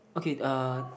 okay uh